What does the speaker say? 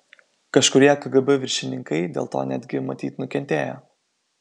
kažkurie kgb viršininkai dėl to netgi matyt nukentėjo